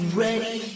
ready